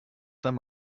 them